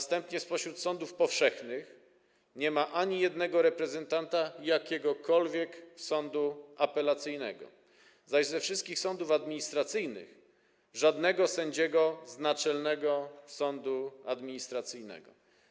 Spośród sądów powszechnych nie ma ani jednego reprezentanta jakiegokolwiek sądu apelacyjnego, zaś ze wszystkich sądów administracyjnych - żadnego sędziego z Naczelnego Sądu Administracyjnego.